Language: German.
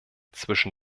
zwischen